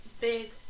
big